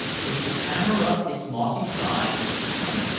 was to clamber up its mossy sides to the summit.